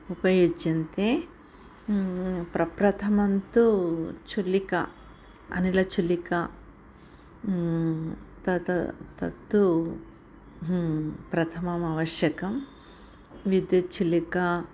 उपयुज्यन्ते प्रथमं तु छुल्लिका अनिलछुल्लिका तद् तत्तु प्रथममावश्यकं विद्युत् छुल्लिका